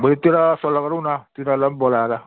भोलितिर सल्लाह गरौँ न तिनीहरूलाई पनि बोलाएर